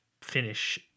finish